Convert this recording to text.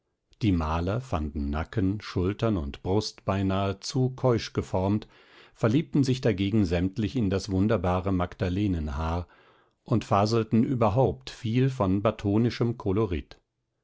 die maler fanden nacken schultern und brust beinahe zu keusch geformt verliebten sich dagegen sämtlich in das wunderbare magdalenenhaar und faselten überhaupt viel von battonischem kolorit